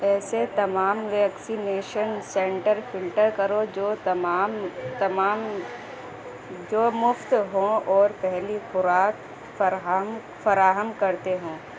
ایسے تمام vaccination centre filter کرو جو تمام تمام جو مفت ہوں اور پہلی خوراک فراہم فراہم کرتے ہوں